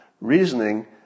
reasoning